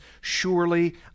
surely